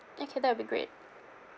okay that would be great